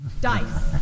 dice